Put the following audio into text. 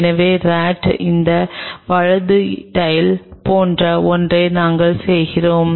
எனவே ராட் இன் இந்த வலது டைல் போன்ற ஒன்றை நாங்கள் செய்கிறோம்